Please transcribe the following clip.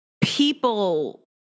People